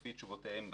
לפי תשובותיהם בסקר.